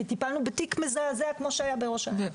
כי טיפלנו בתיק מזעזע כמו שהיה בראש העין.